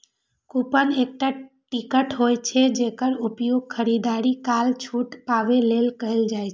coupon एकटा ticket होइ छै, जेकर उपयोग खरीदारी काल छूट पाबै लेल कैल जाइ छै